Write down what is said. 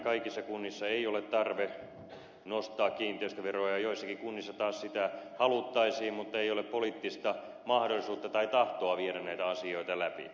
kaikissa kunnissa ei ole tarvetta nostaa kiinteistöveroa ja joissakin kunnissa taas sitä haluttaisiin mutta ei ole poliittista mahdollisuutta tai tahtoa viedä näitä asioita läpi